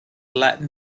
latin